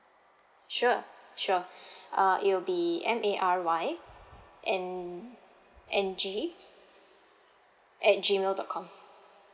sure sure uh it will be M A R Y N N G at G mail dot com